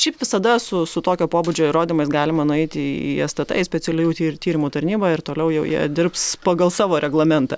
šiaip visada su su tokio pobūdžio įrodymais galima nueiti į stt į specialiųjų tyr ir tyrimų tarnyba ir toliau jau jie dirbs pagal savo reglamentą